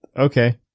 Okay